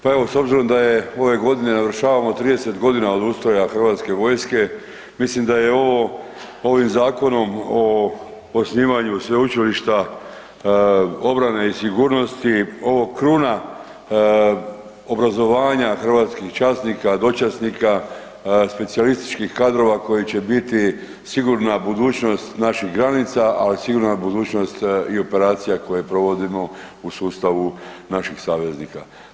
Pa evo s obzirom da ove godine navršavamo 30 godina od ustroja hrvatske vojske, mislim da je ovim Zakonom o osnivanju Sveučilišta obrane i sigurnosti ovo kruga obrazovanja hrvatskih časnika, dočasnika, specijalističkih kadrova koji će biti sigurna budućnost naših granica, ali sigurna budućnost i operacija koje provodimo u sustavu naših saveznika.